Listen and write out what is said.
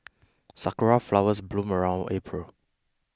sakura flowers bloom around April